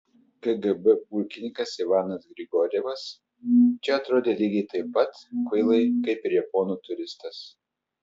kgb pulkininkas ivanas grigorjevas čia atrodė lygiai taip pat kvailai kaip ir japonų turistas